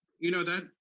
you know, that,